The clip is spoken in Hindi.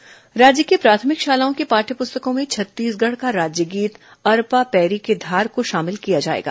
पाठ्य पुस्तक राज्यगीत राज्य की प्राथमिक शालाओं की पाठ्य पुस्तकों में छत्तीसगढ़ का राज्यगीत अरपा पैरी के धार को शामिल किया जाएगा